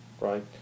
right